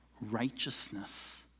righteousness